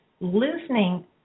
loosening